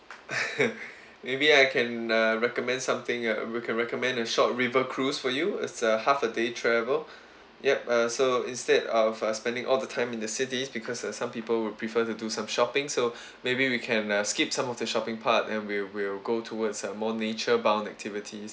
maybe I can uh recommend something uh reco~ recommend a short river cruise for you as a half a day travel ya uh so instead of uh spending all the time in the city because uh some people will prefer to do some shopping so maybe we can uh skip some of the shopping part and we will go towards uh more nature bound activities